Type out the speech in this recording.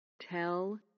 tell